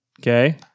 Okay